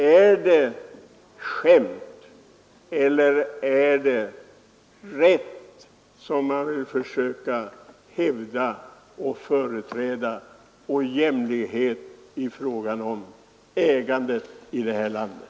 Är det skämt eller är det rätt som man vill försöka hävda och företräda, och är det jämlikhet i fråga om ägandet i det här landet?